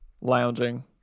lounging